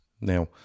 Now